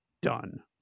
done